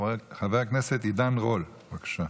חבר הכנסת עידן רול, בבקשה.